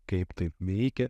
kaip tai veikia